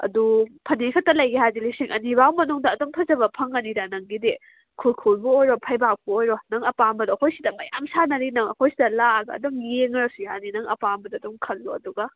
ꯑꯗꯨ ꯐꯅꯦꯛ ꯈꯛꯇ ꯂꯩꯒꯦ ꯍꯥꯏꯔꯗꯤ ꯂꯤꯁꯤꯡ ꯑꯅꯤꯐꯥꯎ ꯃꯅꯨꯡꯗ ꯑꯗꯨꯝ ꯐꯖꯕ ꯐꯪꯒꯅꯤꯗ ꯅꯪꯒꯤꯗꯤ ꯈꯨꯔꯈꯨꯜꯕꯨ ꯑꯣꯏꯔꯣ ꯐꯩꯕꯥꯛꯄꯨ ꯑꯣꯏꯔꯣ ꯅꯪ ꯑꯄꯥꯝꯕꯗꯣ ꯑꯩꯈꯣꯏ ꯁꯤꯗ ꯃꯌꯥꯝ ꯁꯥꯅꯔꯤ ꯅꯪ ꯑꯩꯈꯣꯏ ꯁꯤꯗ ꯂꯥꯛꯑꯒ ꯑꯗꯨꯝ ꯌꯦꯡꯉꯔꯁꯨ ꯌꯥꯅꯤ ꯅꯪ ꯑꯄꯥꯝꯕꯗꯣ ꯑꯗꯨꯝ ꯈꯜꯂꯣ ꯑꯗꯨꯒ